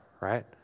right